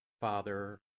Father